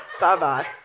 Bye-bye